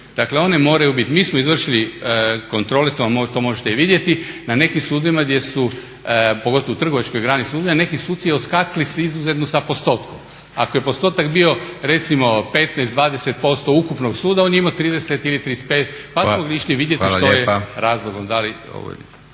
Dakle one moraju biti mi smo izvršili kontrolu to možete vidjeti na nekim sudovima pogotovo trgovačkoj grani suda, neki suci odskakali izuzetno sa postotkom. Ako je postotak bio recimo 15, 20% ukupnog suda on je imao 30 ili 35% pa smo išli vidjeti što je razlog.